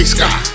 Sky